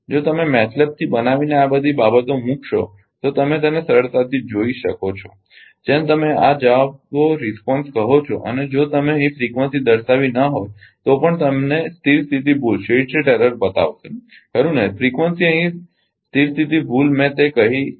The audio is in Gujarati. જો તમે MATLAB થી બનાવીને આ બધી બાબતો મુકશો તો તમે તેને સરળતાથી જોઇ શકો છો જેને તમે આ જવાબો કહો છો અને જો તમે અહીં ફ્રીકવંસી દર્શાવી ન હોય તો પણ તમને સ્થિર સ્થિતી ભૂલ બતાવશે ખરુ ને ફ્રીકવંસી અહીં સ્થિર સ્થિતી ભૂલ મેં તે અહીં કરી છે